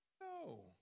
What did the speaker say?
No